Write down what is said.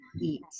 Eat